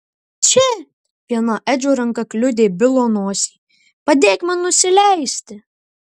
čia viena edžio ranka kliudė bilo nosį padėk man nusileisti